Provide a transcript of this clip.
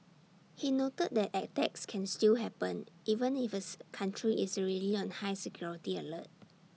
he noted that attacks can still happen even ifs country is already on high security alert